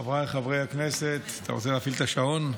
חבריי חברי הכנסת, אתה רוצה להפעיל את השעון?